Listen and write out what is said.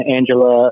Angela